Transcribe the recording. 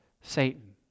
Satan